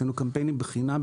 והוצאנו קמפיינים בחינם,